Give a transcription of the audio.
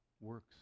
Works